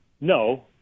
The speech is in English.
no